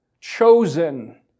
chosen